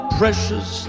precious